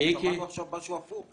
ושמענו עכשיו משהו הפוך.